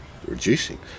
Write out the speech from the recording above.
reducing